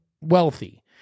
wealthy